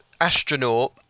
astronaut